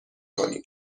کنیم